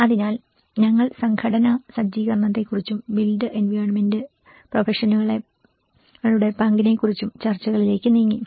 അതിനാൽ ഞങ്ങൾ സംഘടനാ സജ്ജീകരണത്തെക്കുറിച്ചും ബിൽറ്റ് എൻവയോൺമെന്റ് പ്രൊഫഷനുകളുടെ പങ്കിനെക്കുറിച്ചും ചർച്ചകളിലേക്ക് നീങ്ങി